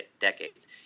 decades